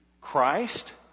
Christ